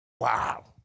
wow